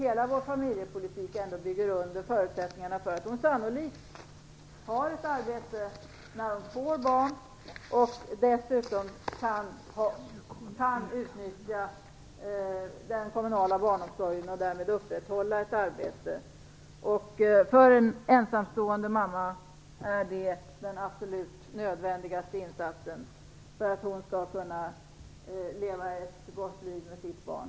Hela vår familjepolitik ger ganska goda förutsättningar för att hon sannolikt har ett arbete när hon får barn och dessutom kan utnyttja den kommunala barnomsorgen och därmed upprätthålla ett arbete. För en ensamstående mamma är det den absolut nödvändigaste insatsen för att hon skall kunna leva ett gott liv med sitt barn.